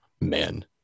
men